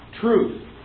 Truth